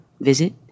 visit